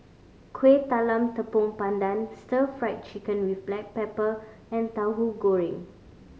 Kuih Talam Tepong Pandan Stir Fry Chicken with black pepper and Tauhu Goreng